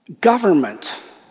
government